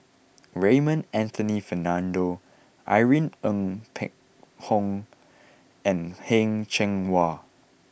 Raymond Anthony Fernando Irene Ng Phek Hoong and Heng Cheng Hwa